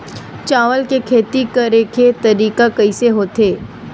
चावल के खेती करेके तरीका कइसे होथे?